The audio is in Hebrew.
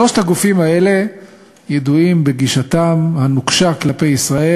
שלושת הגופים האלה ידועים בגישתם הנוקשה כלפי ישראל.